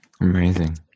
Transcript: Amazing